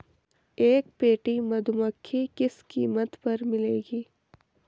एक पेटी मधुमक्खी किस कीमत पर मिलेगी?